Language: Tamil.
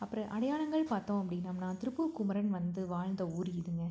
அப்புறம் அடையாளங்கள்னு பார்த்தோம் அப்படின்னோம்னா திருப்பூர் குமரன் வந்து வாழ்ந்த ஊர் இதுங்க